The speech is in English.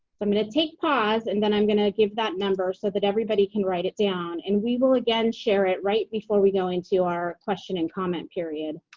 i'm gonna take pause and then i'm gonna give that number so that everybody can write it down and we will again share it right before we go into our question and comment period.